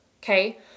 Okay